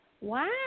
Wow